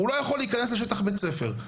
לא יכול להיכנס לשטח בית ספר.